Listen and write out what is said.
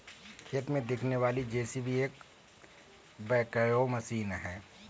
खेत में दिखने वाली जे.सी.बी एक बैकहो मशीन है